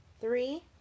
three